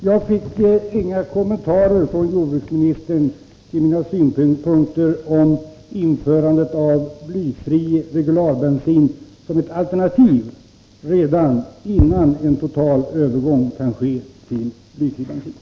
Herr talman! Jag fick inga kommentarer från jordbruksministern till mina synpunkter om införandet av blyfri regularbensin som ett alternativ redan innan en total övergång till blyfri bensin kan ske.